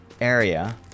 area